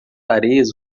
areias